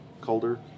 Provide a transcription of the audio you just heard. colder